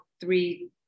three